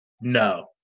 No